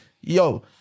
yo